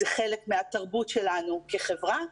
זה חלק מהתרבות שלנו כחברה.